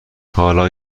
حالا